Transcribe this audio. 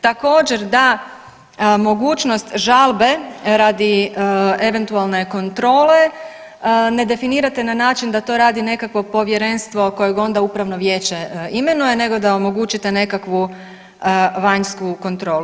Također da mogućnost žalbe radi eventualne kontrole ne definirate na način da to radi nekakvo povjerenstvo kojeg onda upravo vijeće imenuje nego da omogućite nekakvu vanjsku kontrolu.